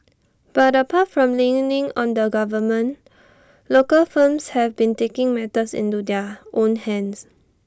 but apart from leaning on the government local firms have been taking matters into their own hands